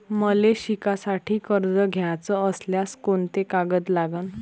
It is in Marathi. मले शिकासाठी कर्ज घ्याचं असल्यास कोंते कागद लागन?